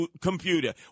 computer